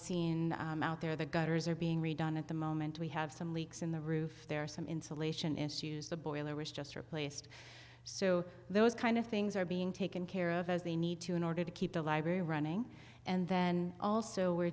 seen out there the gutters are being redone at the moment we have some leaks in the roof there are some insulation issues the boiler was just replaced so those kind of things are being taken care of as they need to in order to keep the library running and then also we're